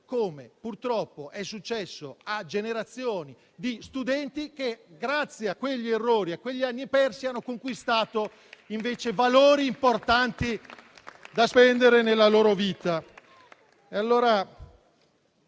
come purtroppo è accaduto a generazioni di studenti che, grazie a quegli errori e a quegli anni persi, hanno conquistato, invece, valori importanti da spendere nella loro vita.